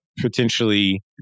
potentially